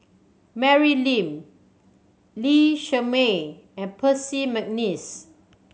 Mary Lim Lee Shermay and Percy McNeice